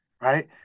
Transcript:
right